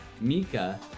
Mika